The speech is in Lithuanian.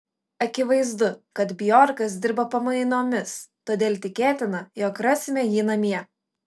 akivaizdu kad bjorkas dirba pamainomis todėl tikėtina jog rasime jį namie